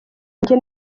njye